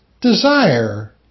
desire